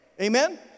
Amen